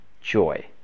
joy